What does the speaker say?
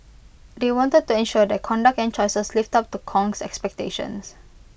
they wanted to ensure their conduct and choices lived up to Kong's expectations